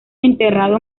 enterrado